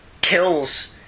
Kills